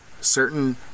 certain